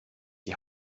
die